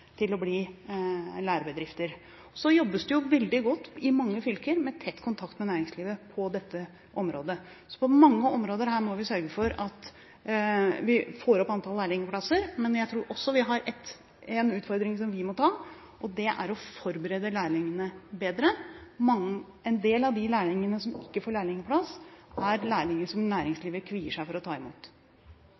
til å bli lærebedrifter. Det jobbes veldig godt i mange fylker, med tett kontakt med næringslivet på dette området. På mange områder må vi sørge for at vi får opp antallet lærlingplasser, men jeg tror også at vi har en utfordring som vi må ta, og det er å forberede lærlingene bedre. En del av de lærlingene som ikke får lærlingplass, er lærlinger som næringslivet kvier seg for å ta imot.